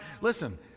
listen